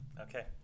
Okay